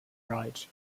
right